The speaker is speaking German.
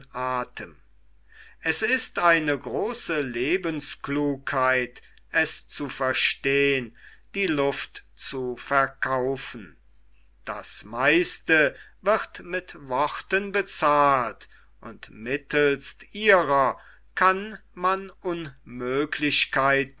athem es ist eine große lebensklugheit es zu verstehn die luft zu verkaufen das meiste wird mit worten bezahlt und mittelst ihrer kann man unmöglichkeiten